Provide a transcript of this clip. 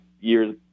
years